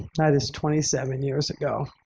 that is twenty seven years ago.